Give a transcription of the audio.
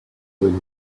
than